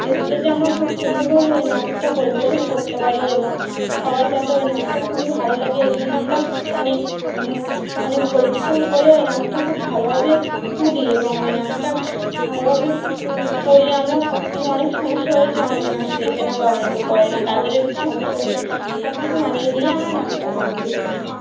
স্ট্রেজে আমরা খুব সুন্দরভাবে ওই নাচটা পরিবেশন করতে পারি এবং সবার যাতে ওই নাচটা খুবই ভালো লাগে এই জন্য আমরা অনেক অনেক পরিশ্রম করেও ওই নাচটা খুব ভালোভাবে তুলি এবং ওই নাচটা ভালোভাবে করি আমরা কত অনেক সমস্যা হয়েছে অনেকে নাচ শেখে না বা অনেকে করে না তাদেরও একটু সমস্যা হয়েছে সব কিছু মানিয়ে নিয়ে আমরা নাচটা কমপ্লিট করেছি